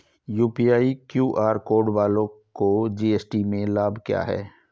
UPI QR code वालों को GST में लाभ क्या है?